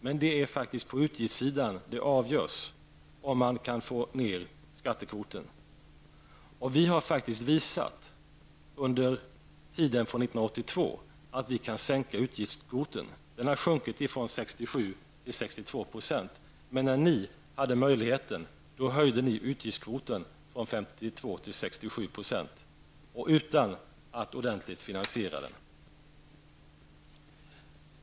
Men det är faktiskt på utgiftssidan som det avgörs om skattekvoten kan gå ned. Vi socialdemokrater har faktiskt visat sedan 1982 att vi kan sänka utgiftskvoten. Den har sjunkit från 67 till 62 %. När ni hade möjligheten höjde ni i stället utgiftskvoten från 52 till 67 %, utan att ha den ordentligt finansierad.